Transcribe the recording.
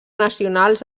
nacionals